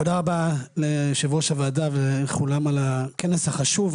תודה רבה ליושב ראש הוועדה ולכולם על הכנס החשוב.